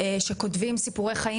לשורדים שכותבים סיפורי חיים,